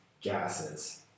gases